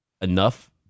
enough